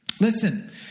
listen